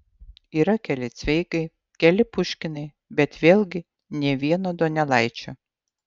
yra keli cveigai keli puškinai bet vėlgi nė vieno donelaičio